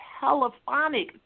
telephonic